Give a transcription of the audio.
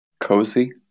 cozy